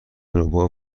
نوپا